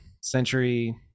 Century